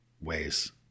ways